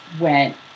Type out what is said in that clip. went